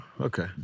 Okay